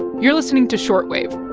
you're listening to short wave.